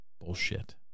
bullshit